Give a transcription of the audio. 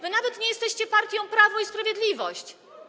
Wy nawet nie jesteście partią Prawo i Sprawiedliwość.